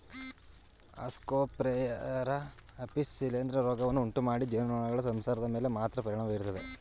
Ascosphaera apis ಶಿಲೀಂಧ್ರ ರೋಗವನ್ನು ಉಂಟುಮಾಡಿ ಜೇನುನೊಣಗಳ ಸಂಸಾರದ ಮೇಲೆ ಮಾತ್ರ ಪರಿಣಾಮ ಬೀರ್ತದೆ